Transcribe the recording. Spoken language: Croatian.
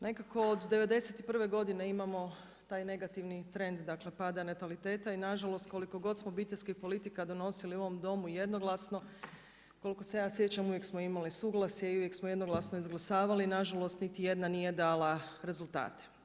Nekako od '91. godine imamo taj negativni trend dakle pada nataliteta i nažalost koliko god smo obiteljskih politika donosili u ovom Domu jednoglasno, koliko se ja sjećam, uvijek smo imali suglasje i uvijek smo jednoglasno izglasavali, nažalost niti jedna nije dala rezultate.